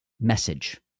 message